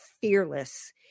fearless